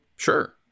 Sure